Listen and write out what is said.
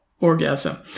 orgasm